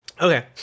Okay